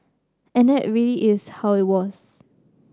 and that is really how it was